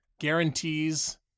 Guarantees